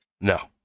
No